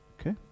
Okay